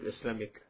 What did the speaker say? Islamic